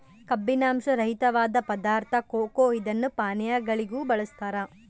ಕಬ್ಬಿನಾಂಶ ರಹಿತವಾದ ಪದಾರ್ಥ ಕೊಕೊ ಇದನ್ನು ಪಾನೀಯಗಳಿಗೂ ಬಳಸ್ತಾರ